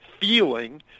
feeling